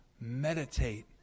meditate